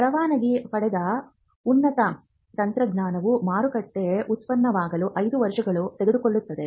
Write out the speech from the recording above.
ಪರವಾನಗಿ ಪಡೆದ ಉತ್ಪನ್ನ ತಂತ್ರಜ್ಞಾನವು ಮಾರುಕಟ್ಟೆ ಉತ್ಪನ್ನವಾಗಲು 5 ವರ್ಷಗಳು ತೆಗೆದುಕೊಳ್ಳುತ್ತದೆ